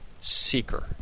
seeker